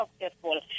successful